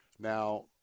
Now